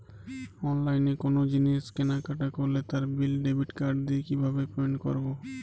অনলাইনে কোনো জিনিস কেনাকাটা করলে তার বিল ডেবিট কার্ড দিয়ে কিভাবে পেমেন্ট করবো?